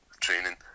training